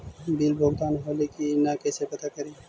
Bill भुगतान होले की न कैसे पता करी?